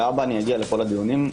להבא אגיע לכל הדיונים.